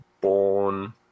born